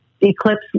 eclipse